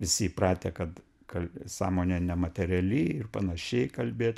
visi įpratę kad kad sąmonė nemateriali ir panašiai kalbėt